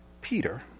Peter